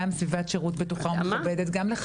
גם סביבת שירות בטוחה ומכבדת,